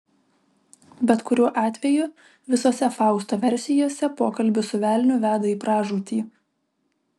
bet kuriuo atveju visose fausto versijose pokalbis su velniu veda į pražūtį